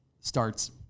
starts